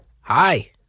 Hi